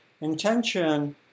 intention